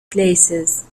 places